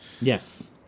Yes